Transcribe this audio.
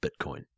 Bitcoin